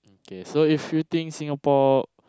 okay if you think Singapore